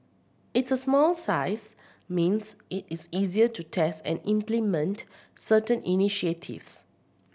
its a small size means it is easier to test and implement certain initiatives